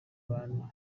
ahantu